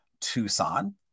Tucson